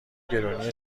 گرونی